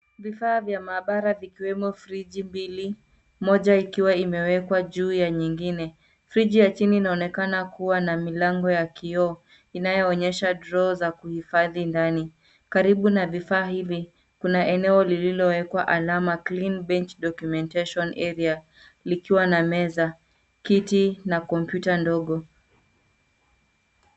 Vifaa vya maabara vikiwemo friji mbili, moja ikiwa imewekwa juu ya nyingine. Friji ya chini inaonekana kuwa na milango ya kioo. Inayoonyesha draw za kuhifadhi ndani. Karibu na vifaa hivi, kuna eneo lililowekwa alama clean bench documentation area , likiwa na meza, kiti, na kompyuta ndogo.